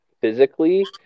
physically